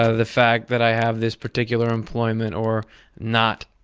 ah the fact that i have this particular employment or not.